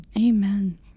Amen